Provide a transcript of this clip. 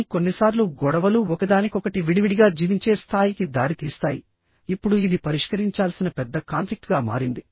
కానీ కొన్నిసార్లు గొడవలు ఒకదానికొకటి విడివిడిగా జీవించే స్థాయికి దారితీస్తాయి ఇప్పుడు ఇది పరిష్కరించాల్సిన పెద్ద కాన్ఫ్లిక్ట్ గా మారింది